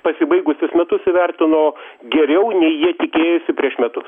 pasibaigusius metus įvertino geriau nei jie tikėjosi prieš metus